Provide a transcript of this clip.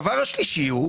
השלישי,